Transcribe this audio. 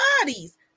bodies